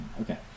Okay